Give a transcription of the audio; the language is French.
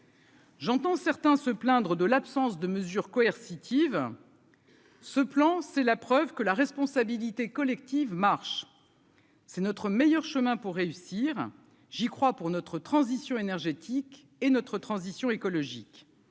J'entends certains se plaindre de l'absence de mesures coercitives, ce plan, c'est la preuve que la responsabilité collective marche c'est notre meilleur chemin pour réussir, j'y crois pour notre transition énergétique et notre transition écologique.